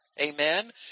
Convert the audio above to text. Amen